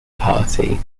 party